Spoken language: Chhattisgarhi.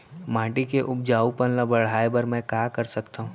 माटी के उपजाऊपन ल बढ़ाय बर मैं का कर सकथव?